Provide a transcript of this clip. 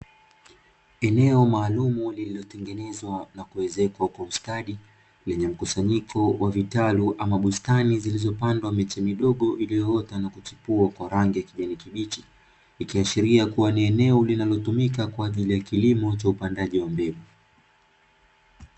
Eneo maalumu lililotengenezwa na kuezekwa kwa ustadi, lenye mkusanyiko wa vitalu ama bustani zilizopandwa miche midogo iliyoota na kuchipua kwa rangi ya kijani kibichi. Ikiashiria kuwa ni eneo linalotumika kwa ajili ya kilimo cha upandaji mbegu.